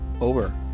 over